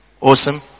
Awesome